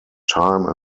time